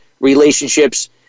relationships